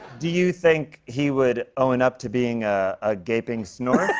do you think he would own up to being a gaping snorf?